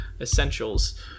Essentials